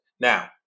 Now